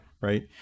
right